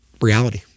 reality